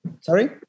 Sorry